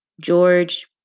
George